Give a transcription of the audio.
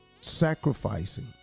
sacrificing